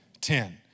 Ten